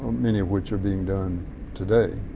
many of which are being done today.